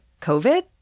COVID